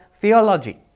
theology